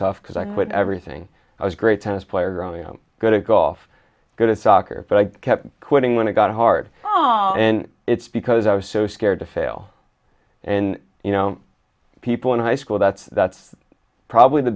tough because i quit everything i was great tennis player growing up good at golf go to soccer i kept quitting when i got hard oh and it's because i was so scared to fail and you know people in high school that's that's probably the